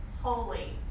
holy